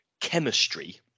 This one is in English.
chemistry